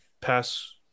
pass